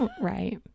Right